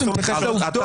אין בעיה,